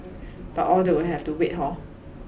but all that will have to wait hor